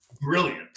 Brilliant